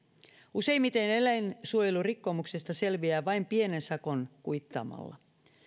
useimmiten eläinsuojelurikkomuksesta selviää vain pienen sakon kuittaamalla